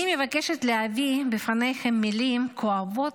אני מבקשת להביא בפניכם מילים כואבות